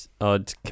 odd